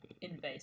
invasive